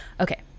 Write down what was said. Okay